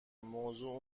موضوع